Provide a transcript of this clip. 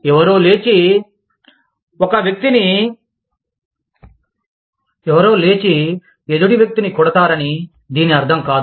ఎవరో లేచి ఎదుటి వ్యక్తిని కొడతారని దీని అర్థం కాదు